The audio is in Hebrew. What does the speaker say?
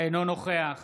אינו נוכח